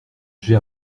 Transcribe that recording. chez